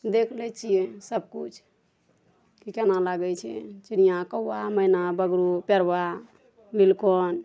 देख लै छियै सबकिछु कि केना लागै छै चिड़ियाँ कौआ मैना बगरू पेरवा लिलकन